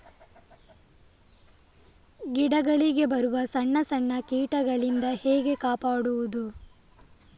ಗಿಡಗಳಿಗೆ ಬರುವ ಸಣ್ಣ ಸಣ್ಣ ಕೀಟಗಳಿಂದ ಹೇಗೆ ಕಾಪಾಡುವುದು?